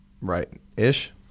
Right-ish